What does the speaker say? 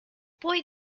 boy